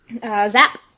Zap